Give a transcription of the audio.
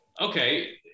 okay